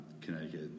Connecticut